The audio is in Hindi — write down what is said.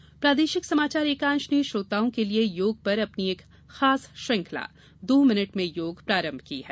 योग दो मिनट में प्रादेशिक समाचार एकांश ने श्रोताओं के लिए योग पर अपनी एक खास श्रृंखला दो मिनट में योग प्रारंभ की है